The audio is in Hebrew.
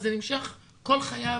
זה נמשך כל חייו.